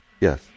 Yes